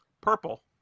Purple